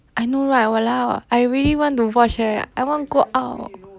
I know right !walao! I really want to watch eh I want go out